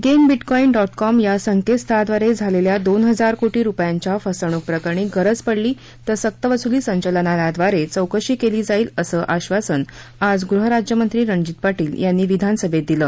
gain bitcoin dot com या संकेतस्थळाब्रारे झालेल्या दोन हजार कोटी रुपयांच्या फसवणूक प्रकरणी गरज पडली तर सक्तवसूली संचालनालयाद्वारे चौकशी केली जाईल असं आधासन आज गृहराज्यमंत्री रणजीत पाटील यांनी विधानसभेत दिलं